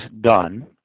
done